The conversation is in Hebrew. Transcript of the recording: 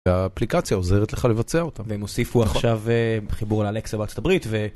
‫האפליקציה עוזרת לך לבצע אותה. ‫-והם הוסיפו עכשיו חיבור לאלקסה בארה״ב ו...